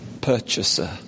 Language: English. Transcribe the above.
purchaser